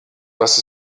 was